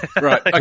Right